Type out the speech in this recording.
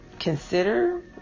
consider